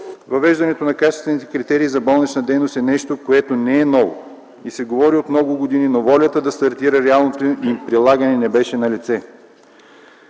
Въвеждането на качествените критерии за болнична дейност е нещо, което не е ново и се говори от много години, но волята да стартира реалното й прилагане не беше налице.